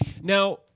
Now